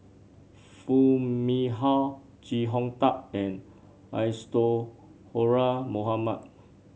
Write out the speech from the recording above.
Foo Mee Har Chee Hong Tat and Isadhora Mohamed